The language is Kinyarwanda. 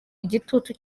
igitutu